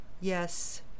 yes